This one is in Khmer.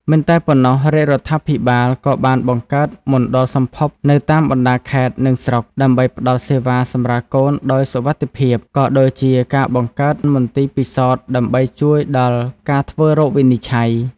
មិនតែប៉ុណ្ណោះ រាជរដ្ឋាភិបាលក៏បានបង្កើតមណ្ឌលសម្ភពនៅតាមបណ្ដាខេត្ត និងស្រុក ដើម្បីផ្ដល់សេវាសម្រាលកូនដោយសុវត្ថិភាព ក៏ដូចជាការបង្កើតមន្ទីរពិសោធន៍ដើម្បីជួយដល់ការធ្វើរោគវិនិច្ឆ័យ។